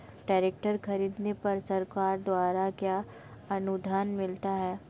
Tractor खरीदने पर सरकार द्वारा क्या अनुदान मिलता है?